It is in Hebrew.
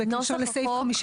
לא רשות המים.